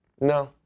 No